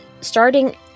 starting